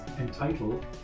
entitled